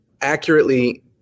accurately